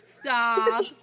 stop